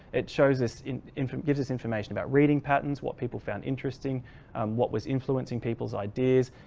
it shows this in in gives us information about reading patterns what people found interesting what was influencing people's ideas.